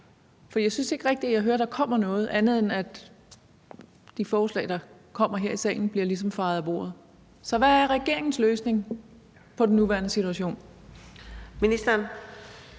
For jeg synes ikke rigtig, at jeg hører, at der kommer noget, andet end at de forslag, der kommer her i salen, ligesom bliver fejet af bordet. Så hvad er regeringens løsning på den nuværende situation? Kl.